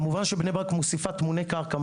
כמובן בני ברק מוסיפה טמוני קרקע,